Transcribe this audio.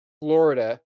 Florida